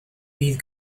bydd